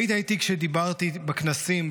היית איתי כשדיברתי בכנסים,